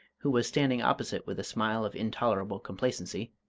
who was standing opposite with a smile of intolerable complacency,